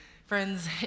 Friends